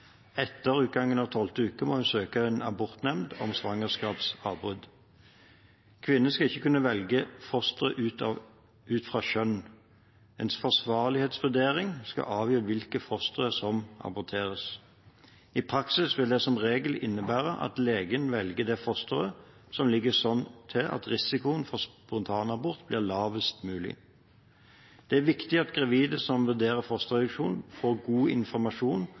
Etter utgangen av tolvte uke må hun søke en abortnemnd om svangerskapsavbrudd. Kvinnen skal ikke kunne velge fostre ut fra kjønn. En forsvarlighetsvurdering skal avgjøre hvilket foster som aborteres. I praksis vil det som regel innebære at legen velger det fosteret som ligger sånn til at risikoen for spontanabort blir lavest mulig. Det er viktig at gravide som vurderer fosterreduksjon, får god informasjon